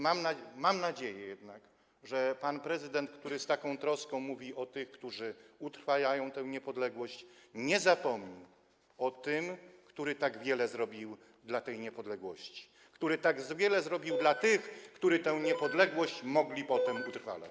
Mam jednak nadzieję, że pan prezydent, który z taką troską mówi o tych, którzy utrwalają tę niepodległość, nie zapomni o tym, który tak wiele zrobił dla tej niepodległości, który tak wiele zrobił dla tych, którzy tę niepodległość mogli potem utrwalać.